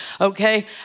okay